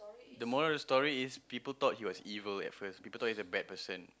the moral of the story is people thought he was evil at first people thought he is a bad person